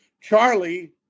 Charlie